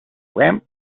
ramp